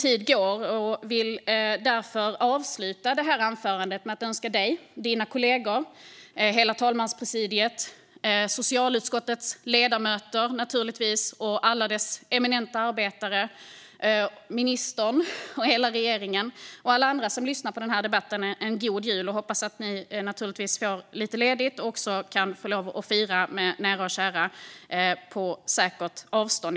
Jag vill avsluta anförandet med att önska dig och dina kollegor, hela talmanspresidiet, socialutskottets ledamöter och dess eminenta arbetare, ministern och hela regeringen och alla andra som lyssnar på debatten en god jul. Jag hoppas att ni får lite ledigt och kan få lov att fira med nära och kära, på säkert avstånd.